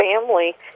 family